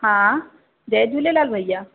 हा जय झूलेलाल भैया